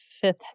fifth